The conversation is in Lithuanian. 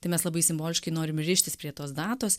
tai mes labai simboliškai norim rištis prie tos datos